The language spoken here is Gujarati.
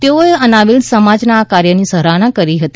તેઓએ અનાવિલ સમાજના આ કાર્યની સરાહના કરી હતી